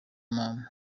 mama